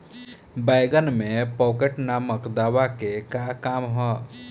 बैंगन में पॉकेट नामक दवा के का काम ह?